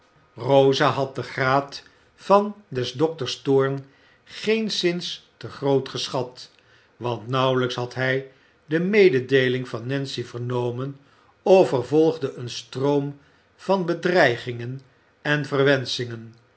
rosa had den graad van des dokters toorn geenszins te groot geschat want nauwelijks had hij de mededeeling van nancy vernomen of er volgde een stroom van bedreigingen en verwenschingen